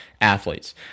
athletes